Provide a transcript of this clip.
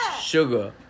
Sugar